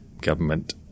Government